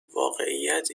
واقعیت